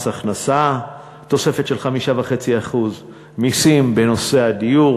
מס הכנסה, תוספת של 5.5% מסים בנושא הדיור